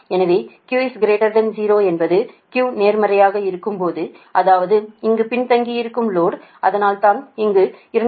எனவே Q 0 என்பது Q நேர்மறையாக இருக்கும்போது அதாவது இங்கு பின்தங்கியிருக்கும் லோடு அதனால் தான் இங்கு 240 j 180